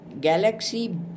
Galaxy